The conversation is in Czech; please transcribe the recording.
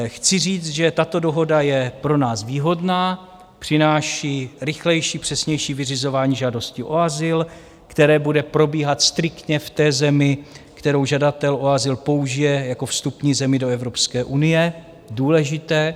Chci říct, že tato dohoda je pro nás výhodná, přináší rychlejší, přesnější vyřizování žádosti o azyl, které bude probíhat striktně v té zemi, kterou žadatel o azyl použije jako vstupní zemi do Evropské unie důležité.